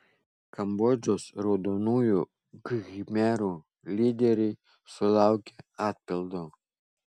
kambodžos raudonųjų khmerų lyderiai sulaukė atpildo